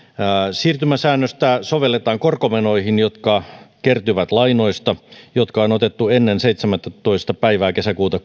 siirtymäsäännöstä sovelletaan korkomenoihin jotka kertyvät lainoista jotka on otettu ennen seitsemästoista päivä kesäkuuta